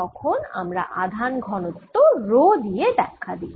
তখন আমরা আধান ঘনত্ব রো দিয়ে ব্যাখ্যা দিই